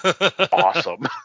Awesome